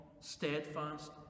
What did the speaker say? steadfast